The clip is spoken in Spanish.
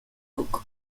cook